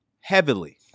Heavily